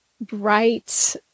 bright